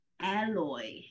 Alloy